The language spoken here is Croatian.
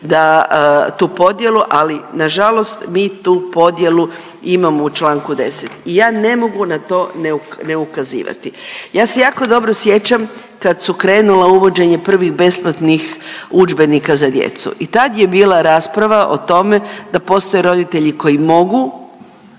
tu podjelu, ali nažalost mi tu podjelu imamo u čl. 10. i ja ne mogu na to ne ukazivati. Ja se jako dobro sjećam kad su krenula uvođenje prvih besplatnih udžbenika za djecu i tad je bila rasprava o tome da postoje roditelji koji mogu